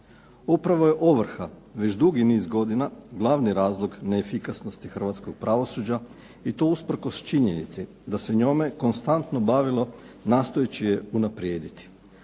Upravo je ovrha već dugi niz godina glavni razlog neefikasnosti hrvatskog pravosuđa i to usprkos činjenici da se njome konstantno bavilo nastojeći je unaprijediti.